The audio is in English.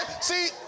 See